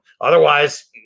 Otherwise